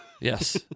Yes